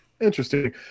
Interesting